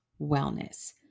wellness